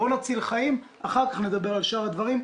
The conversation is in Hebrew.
בואו נציל חיים ואחר-כך נדבר על שאר הדברים.